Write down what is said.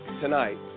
tonight